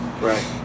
Right